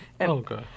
Okay